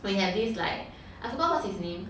we have this like I forgot what's his name